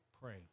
Pray